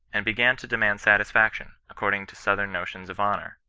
and began to demand satisfaction, according to southern notions of honour.